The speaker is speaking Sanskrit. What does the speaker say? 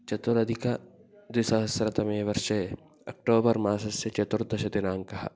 चतुराधिकद्विसहस्रतमेवर्षे अक्टोबर् मासस्य चतुर्दशदिनाङ्कः